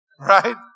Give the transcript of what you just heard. right